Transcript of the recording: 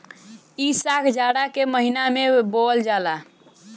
इ साग जाड़ा के महिना में बोअल जाला